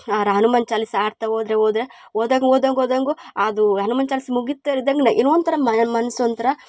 ಆರ ಹನುಮಾನ್ ಚಾಲಿಸ ಹಾಡ್ತ ಹೋದ್ರೆ ಹೋದ್ರೆ ಹೋದಾಂಗ್ ಹೋದಾಂಗ್ ಹೋದಾಂಗು ಅದು ಹನುಮಾನ್ ಚಾಲೀಸ್ ಮುಗಿತಯಿದ್ದಂಗೆ ಏನೋ ಒಂಥರ ಮನ್ಸು ಒಂಥರ